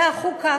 והחוקה,